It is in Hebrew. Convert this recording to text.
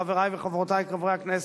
חברי וחברותי חברי הכנסת,